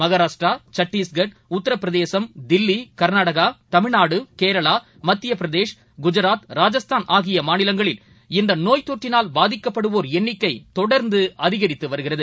மகாராஷ்டிரா சத்திஷ்கா் உத்திரபிரதேசம் தில்லி கா்நாடகா தமிழ்நாடு கேரளா மத்தியபிரதேஷ் குஜராத் ராஜஸ்தான் ஆகியமாநிலங்களில் இந்தநோய் தொற்றினால் பாதிக்கப்படுவோர் எண்ணிக்கைதொடர்ந்துஅதிகரித்துவருகிறது